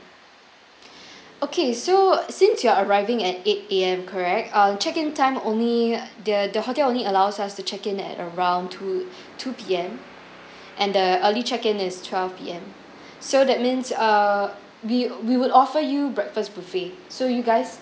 okay so since you are arriving at eight A_M correct uh check in time only the the hotel only allows us to check in at around two two P_M and the early check in is twelve P_M so that means err we we would offer you breakfast buffet so you guys